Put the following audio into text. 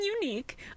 unique